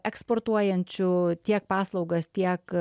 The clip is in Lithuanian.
eksportuojančių tiek paslaugas tiek